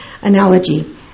analogy